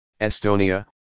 Estonia